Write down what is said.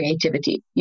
creativity